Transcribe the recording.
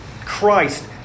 Christ